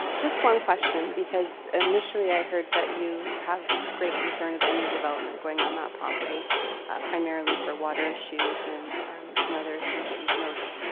um just one question because initially i heard that you have great concern of any development going on that property primarily for water issues and some other issues that you've noted.